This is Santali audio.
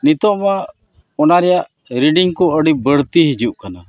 ᱱᱤᱛᱚᱜ ᱢᱟ ᱚᱱᱟ ᱨᱮᱭᱟᱜ ᱠᱚ ᱟᱹᱰᱤ ᱵᱟᱹᱲᱛᱤ ᱦᱤᱡᱩᱜ ᱠᱟᱱᱟ